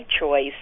choice